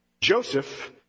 Joseph